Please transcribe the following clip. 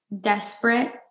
desperate